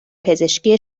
پزشکی